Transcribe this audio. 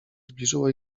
zbliżyło